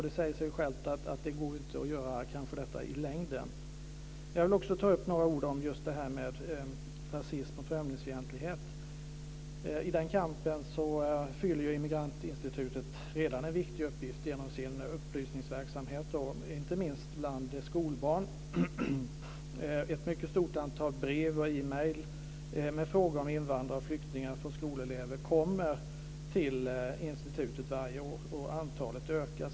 Det säger sig självt att det inte går att göra detta i längden. Jag vill också säga några ord om just kampen mot rasism och främlingsfientlighet. I den kampen fyller Immigrantinstitutet redan en viktig uppgift genom sin upplysningsverksamhet, inte minst bland skolbarn. Ett mycket stort antal brev och e-mail med frågor om invandrare och flyktingar från skolelever kommer till institutet varje år, och antalet ökar.